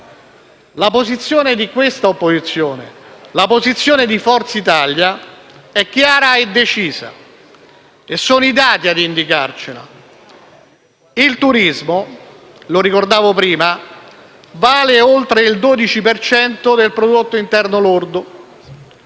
La posizione di questa opposizione, la posizione di Forza Italia è chiara e decisa, e sono i dati a indicarcela. Il turismo - lo ricordavo prima - vale oltre il 12 per cento del prodotto interno lordo